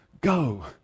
Go